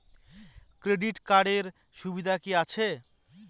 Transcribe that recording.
Credit কার্ডের সুবিধা কি আছে?